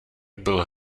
byl